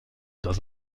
dans